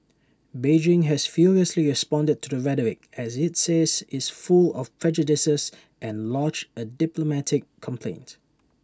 Beijing has furiously responded to the rhetoric as IT says is full of prejudices and lodged A diplomatic complaint